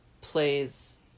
plays